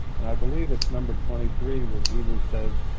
and i believe it's number twenty three where jesus says,